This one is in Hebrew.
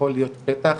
יכול להיות פתח,